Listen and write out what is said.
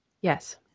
yes